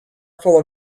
full